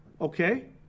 Okay